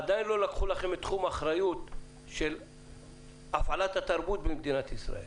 עדיין לא לקחו לכם את תחום האחריות של הפעלת התרבות במדינת ישראל